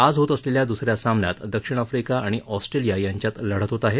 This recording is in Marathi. आज होत असलेल्या दुस या सामन्यात दक्षिण आफ्रीका आणि ऑस्ट्रेलिया यांच्यात लढत होत आहे